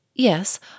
Yes